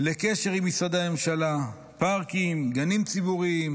לקשר עם משרדי הממשלה, פארקים, גנים ציבוריים